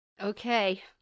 Okay